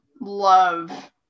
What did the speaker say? love